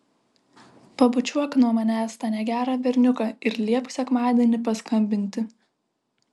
pabučiuok nuo manęs tą negerą berniuką ir liepk sekmadienį paskambinti